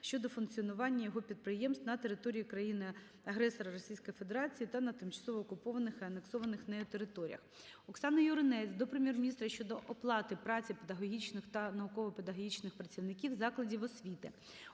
щодо функціонування його підприємств на території країни-агресора Російської Федерації та на тимчасово окупованих і анексованих нею територіях. Оксани Юринець до Прем'єр-міністра щодо оплати праці педагогічних та науково-педагогічних працівників закладів освіти.